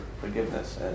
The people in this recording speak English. forgiveness